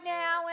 now